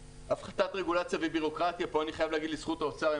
הפחתת רגולציה ובירוקרטיה פה אני חייב להגיד לזכות האוצר,